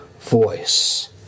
voice